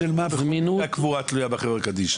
זמינות של מה, גם כך הקבורה תלויה בחברה קדישא.